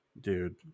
dude